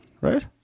Right